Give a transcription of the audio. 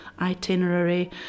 itinerary